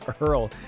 Earl